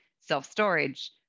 self-storage